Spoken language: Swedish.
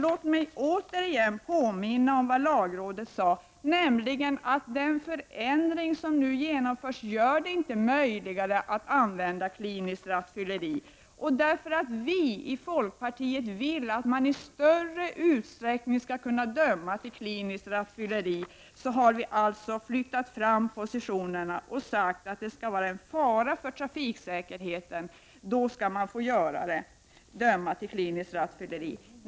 Låt mig återigen påminna om vad lagrådet sade, nämligen att den förändring som nu genomförs inte gör det möjligare att använda kliniskt rattfylleri. Av det skälet att vi i folkpartiet vill att man i större utsträckning skall kunna döma för kliniskt rattfylleri har vi alltså flyttat fram positionerna och sagt att man skall få döma för kliniskt rattfylleri om det är fara för trafiksäkerheten.